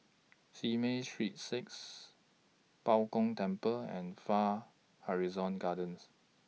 Simei Street six Bao Gong Temple and Far Horizon Gardens